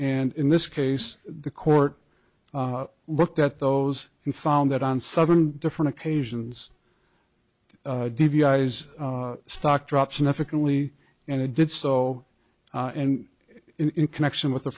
and in this case the court looked at those and found that on seven different occasions d v eyes stock drops and ethically and it did so and in connection with the